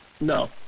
No